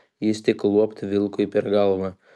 jis tik luopt vilkui per galvą